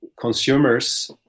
consumers